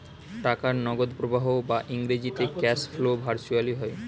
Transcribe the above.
টাকার নগদ প্রবাহ বা ইংরেজিতে ক্যাশ ফ্লো ভার্চুয়ালি হয়